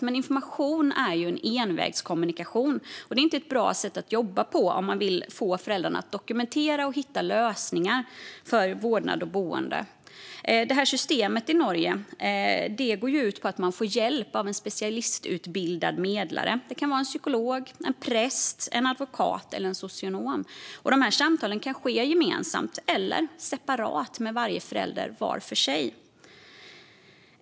Men information är ju en envägskommunikation. Det är inte ett bra sätt att jobba på om man vill få föräldrar att hitta och dokumentera lösningar för vårdnad och boende. Systemet i Norge går ut på att man får hjälp av en specialutbildad medlare. Det kan vara en psykolog, en präst, en advokat eller en socionom. Samtalen kan ske gemensamt eller med varje förälder för sig.